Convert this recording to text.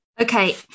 okay